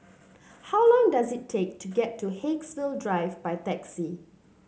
how long does it take to get to Haigsville Drive by taxi